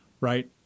right